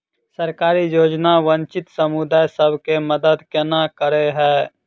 सरकारी योजना वंचित समुदाय सब केँ मदद केना करे है?